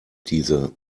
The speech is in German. diese